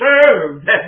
served